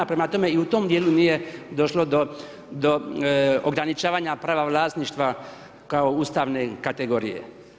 Prema tome, i u tom dijelu došlo do ograničavanja prava vlasništva kao ustavne kategorije.